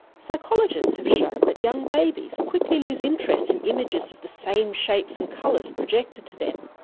psychologists have shown that young babies quickly lose interest in images of the same shapes and colours projected to them.